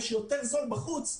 יש יותר זול בחוץ,